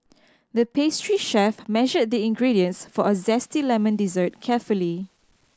the pastry chef measured the ingredients for a zesty lemon dessert carefully